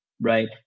right